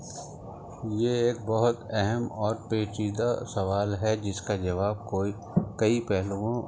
یہ ایک بہت اہم اور پیچیدہ سوال ہے جس کا جواب کوئی کئی پہلوؤں